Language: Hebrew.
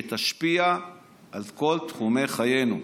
שתשפיע על תחומי חיינו: